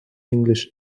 english